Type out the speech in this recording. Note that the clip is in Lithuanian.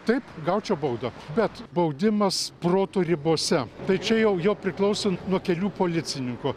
taip gaučiau baudą bet baudimas proto ribose tai čia jau jo priklauso nuo kelių policininko